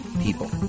people